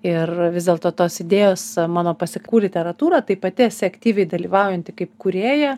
ir vis dėlto tos idėjos mano pas vaikų literatūrą tai pati esi aktyviai dalyvaujanti kaip kūrėja